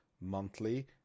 monthly